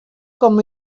com